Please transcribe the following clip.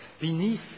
beneath